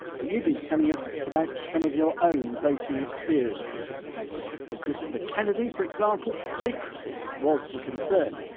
but you've been telling us about some of your own voting experiences for christopher kennedy, for example, secrecy was the concern.